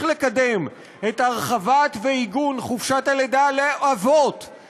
לקדם את הרחבת חופשת הלידה לאבות ועיגונה.